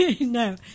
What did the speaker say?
No